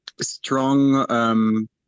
strong